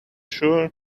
sure